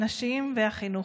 הנשים והחינוך.